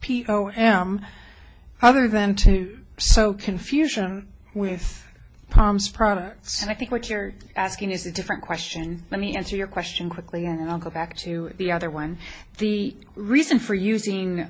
them other than to sow confusion with palms product so i think what you're asking is a different question let me answer your question quickly and i'll go back to the other one the reason for using